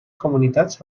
comunitats